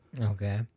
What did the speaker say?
Okay